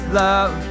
love